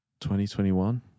2021